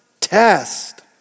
test